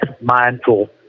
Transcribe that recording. mindful